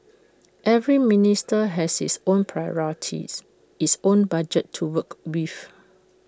every ministry has its own priorities its own budget to work with